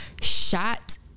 shot